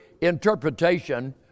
interpretation